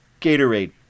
Gatorade